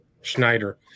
Schneider